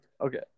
Okay